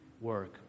work